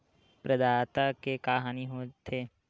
प्रदाता के का हानि हो थे?